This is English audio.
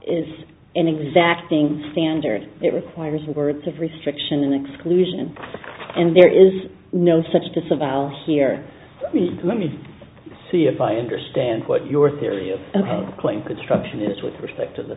exacting standard it requires words of restriction and exclusion and there is no such disavow here let me see if i understand what your theory of a claim construction is with respect to the